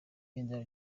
ibendera